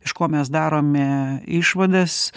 iš ko mes darome išvadas